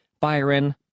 Byron